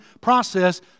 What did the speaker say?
process